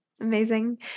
Amazing